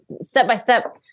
step-by-step